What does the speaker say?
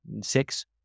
six